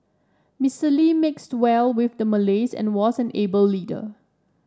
Mister Lee mixed well with the Malays and was an able leader